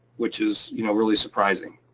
which is you know really surprising.